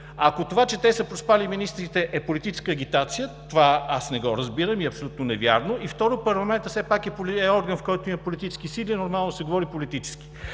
Ако това, че те са проспали – министрите, е политическа агитация, това аз не го разбирам и е абсолютно невярно. Второ, все пак парламентът е орган, в който има политически сили, и е нормално да се говори политически.